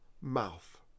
mouth